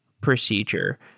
procedure